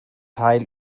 teil